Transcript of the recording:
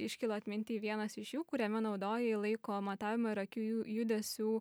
iškilo atminty vienas iš jų kuriame naudojai laiko matavimo ir akių ju judesių